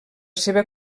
seva